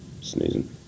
sneezing